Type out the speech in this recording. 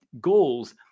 goals